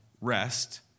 rest